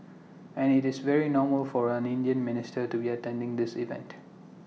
and IT is very normal for an Indian minister to be attending this event